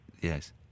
yes